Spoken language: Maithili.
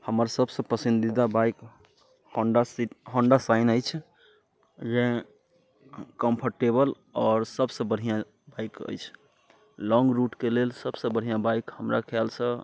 हमर सभसँ पसन्दीदा बाइक होंडा सि होंडा शाइन अछि ई कम्फर्टेबल आओर सभसँ बढ़िआँ बाइक अछि लॉंग रूटके लेल सभसँ बढ़िआँ बाइक हमरा ख्यालसँ